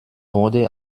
wurde